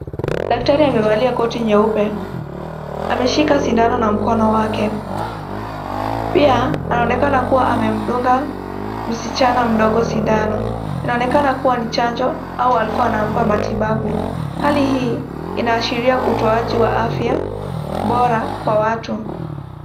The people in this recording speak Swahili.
Daktari ame valia koti nyeupe, ameshika sindano na mkono wake pia anaonekana kuwa ame mdunga msichana mdogo sindano, ina onekana kuwa ni chanjo au alikuwa ana mpa matibabu. Hali hii ina ashiria utoaji wa afya bora kwa watu.